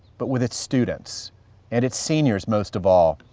but with its students and its seniors most of all,